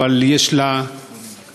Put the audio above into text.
אבל יש לה היבטים,